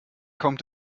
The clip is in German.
kommt